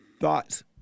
thoughts